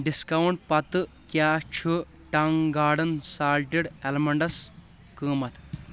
Discount پتہٕ کیٛاہ چھُ ٹنٛگ گاڑن سالٹِڈ المنٛڈس قۭمتھ؟